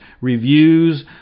reviews